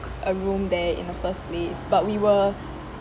a room there in the first place but we were